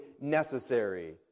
necessary